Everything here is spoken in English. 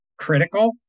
critical